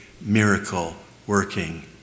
miracle-working